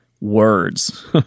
words